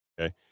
okay